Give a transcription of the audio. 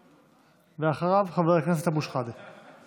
בבקשה, ואחריו, חבר הכנסת אבו שחאדה.